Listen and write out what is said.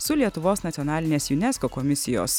su lietuvos nacionalinės junesko komisijos